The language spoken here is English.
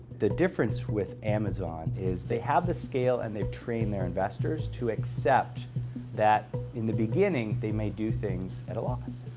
the difference with amazon is they have the scale and they've trained their investors to accept that in the beginning they may do things at a loss.